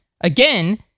Again